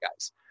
guys